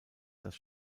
das